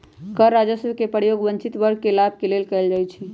कर राजस्व के प्रयोग वंचित वर्ग के लाभ लेल कएल जाइ छइ